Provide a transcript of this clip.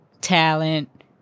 talent